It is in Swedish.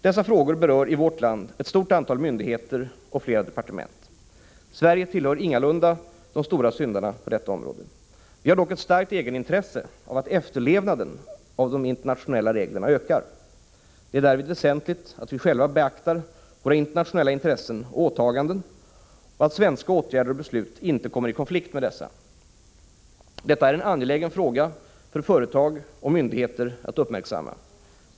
Dessa frågor berör i vårt land ett stort antal myndigheter och flera departement. Sverige tillhör ingalunda de stora syndarna på detta område. Vi har dock ett starkt egenintresse av att efterlevnaden av de internationella reglerna ökar. Det är därvid väsentligt att vi själva beaktar våra internationella intressen och åtaganden och att svenska åtgärder och beslut inte kommer i konflikt med dessa. Detta är en angelägen fråga för företag och myndigheter att uppmärksamma.